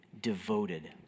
devoted